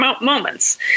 moments